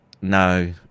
no